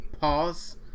pause